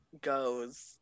goes